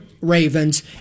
Ravens